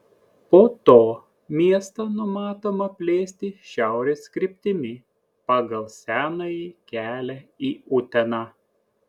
po to miestą numatoma plėsti šiaurės kryptimi pagal senąjį kelią į uteną